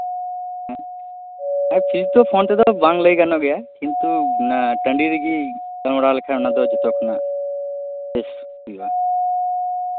fees ᱫᱚ phone ᱛᱮᱫᱚ ᱵᱟᱝ ᱞᱟᱹᱭ ᱜᱟᱱᱚᱜ ᱜᱮᱭᱟ ᱠᱤᱱᱛᱩ ᱴᱟᱺᱰᱤ ᱨᱮᱜᱮ ᱜᱟᱞᱢᱟᱨᱟᱣ ᱞᱮᱠᱷᱟᱱ ᱚᱱᱟ ᱫᱚ ᱡᱩᱛᱩᱜᱼᱟ ᱡᱚᱛᱚ ᱠᱷᱚᱱᱟᱜ ᱵᱮᱥ ᱦᱩᱭᱩᱜᱼᱟ